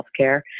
healthcare